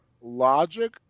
logic